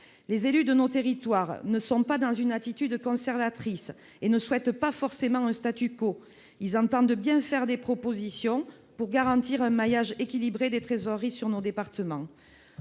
Les élus de nos territoires ne sont pas dans une attitude conservatrice et ne souhaitent pas forcément le. Ils entendent bien formuler des propositions pour garantir un maillage équilibré des trésoreries dans nos départements.